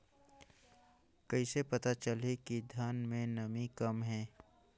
कइसे पता चलही कि धान मे नमी कम हे?